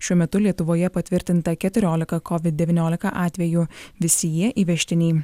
šiuo metu lietuvoje patvirtinta keturiolika covid devyniolika atvejų visi jie įvežtiniai